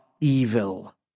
evil